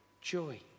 joy